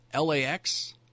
LAX